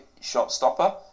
shot-stopper